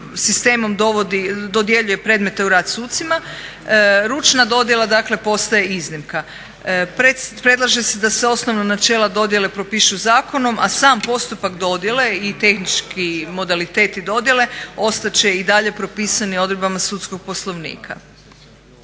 sistemom dodjeljuje predmete u rad sucima. Ručna dodjela dakle postaje iznimka. Predlaže se da se osnovna načela dodjele propišu zakonom, a sam postupak dodjele i tehnički modaliteti dodjele ostat će i dalje propisani odredbama sudskog poslovnika.